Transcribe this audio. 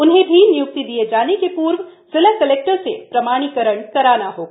उन्हें भी निय्क्ति दिये जाने के पूर्व जिला कलेक्टर से प्रमाणीकरण कराना होगा